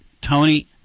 Tony